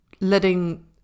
letting